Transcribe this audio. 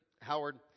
Howard